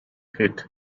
hit